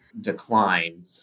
decline